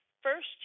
first